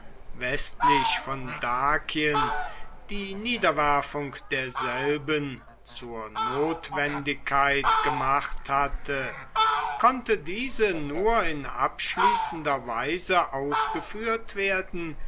westlich von dakien die niederwerfung derselben zur notwendigkeit gemacht hatte konnte diese nur in abschließender weise ausgeführt werden